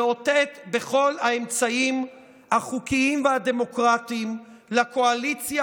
לאותת בכל האמצעים החוקיים והדמוקרטיים לקואליציה